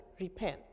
repent